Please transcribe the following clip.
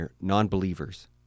non-believers